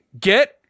Get